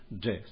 death